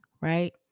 right